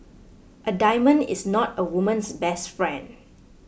a diamond is not a woman's best friend